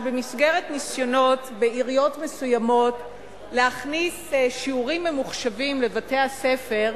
שבמסגרת ניסיונות בעיריות מסוימות להכניס שיעורים ממוחשבים לבתי-הספר,